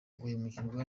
guhemukirwa